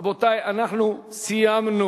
רבותי, אנחנו סיימנו.